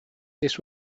this